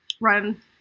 Run